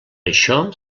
això